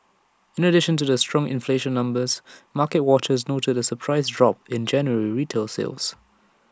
in addition to the strong inflation numbers market watchers the surprise drop in January retail sales